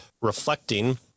reflecting